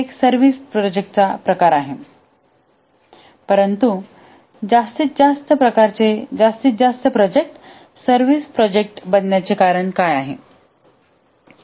हा एक सर्व्हिस प्रोजेक्टचा प्रकार आहे परंतु जास्तीत जास्त प्रकारचे जास्तीत जास्त प्रोजेक्ट सर्व्हिस प्रोजेक्ट बनण्याचे कारण काय आहे